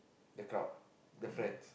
the crowd the friends